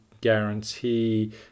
guarantee